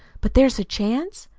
but there's a chance?